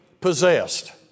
possessed